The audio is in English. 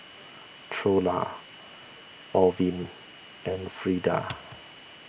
Trula Orvin and Frida